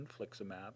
Infliximab